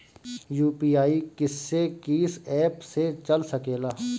UPI किस्से कीस app से चल सकेला?